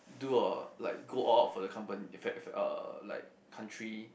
do or like go all out for the company fa~ fa~ uh like country